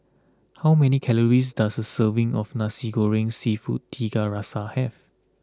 How many calories does a serving of Nasi Goreng Seafood Tiga Rasa have